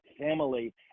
family